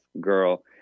girl